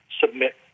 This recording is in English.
submit